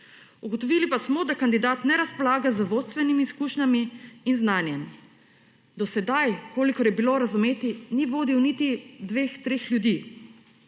Ugotovili pa smo, da kandidat ne razpolaga z vodstvenimi izkušnjami in znanjem. Do sedaj, kolikor je bilo razumeti, ni vodil niti dveh, treh ljudi.